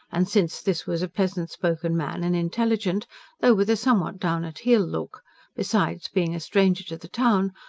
and since this was a pleasant-spoken man and intelligent though with a somewhat down-at-heel look besides being a stranger to the town,